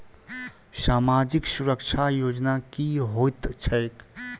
सामाजिक सुरक्षा योजना की होइत छैक?